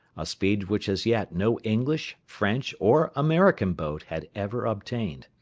a speed which as yet no english, french, or american boat had ever obtained.